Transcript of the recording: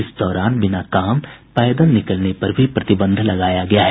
इस दौरान बिना काम पैदल निकलने पर भी प्रतिबंध लगाया गया है